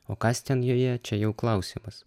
o kas ten joje čia jau klausimas